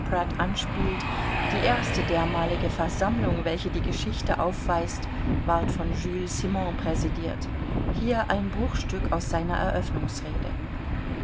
anspielt die erste dermalige versammlung welche die geschichte aufweist ward von jules simon präsidiert hier ein bruchstück aus seiner eröffnungsrede